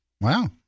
Wow